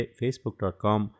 facebook.com